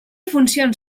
funcions